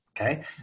Okay